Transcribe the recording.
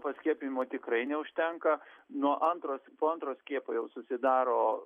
paskiepijimo tikrai neužtenka nuo antro s po antro skiepo jau susidaro